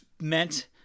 meant